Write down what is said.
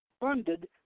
funded